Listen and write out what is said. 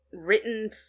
written